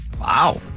Wow